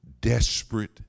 desperate